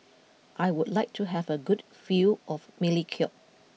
I would like to have a good view of Melekeok